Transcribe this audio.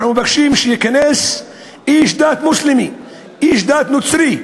אנחנו מבקשים שייכנס איש דת מוסלמי, איש דת נוצרי,